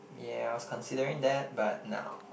ya I was considering that but now